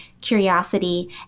curiosity